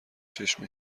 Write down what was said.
چشم